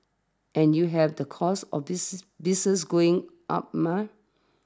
and you have the costs of this business going up mah